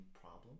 problem